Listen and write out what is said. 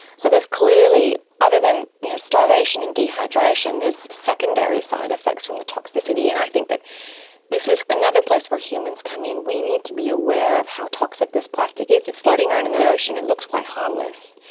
so there's clearly, other than you know starvation and dehydration, there's secondary side effects from the toxicity and i think that this is another place where humans come in. we need to be aware of how toxic this plastic is. it's floating around in the the ocean and it looks quite harmless,